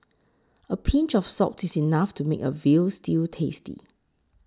a pinch of salt is enough to make a Veal Stew tasty